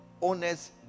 owners